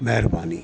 महिरबानी